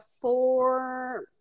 four –